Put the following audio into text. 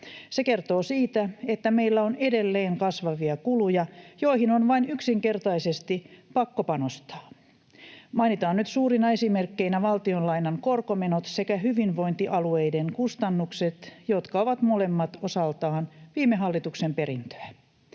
Se kertoo siitä, että meillä on edelleen kasvavia kuluja, joihin on vain yksinkertaisesti pakko panostaa. Mainitaan nyt suurina esimerkkeinä valtionlainan korkomenot sekä hyvinvointialueiden kustannukset, jotka ovat molemmat osaltaan viime hallituksen perintöä.